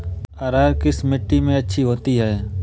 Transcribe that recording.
अरहर किस मिट्टी में अच्छी होती है?